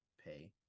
pay